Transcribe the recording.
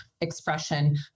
expression